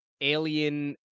alien